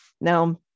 Now